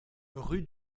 rue